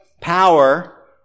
power